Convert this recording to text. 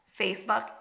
Facebook